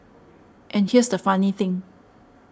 and here's the funny thing